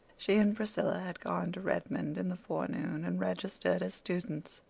she and priscilla had gone to redmond in the forenoon and registered as students,